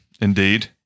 Indeed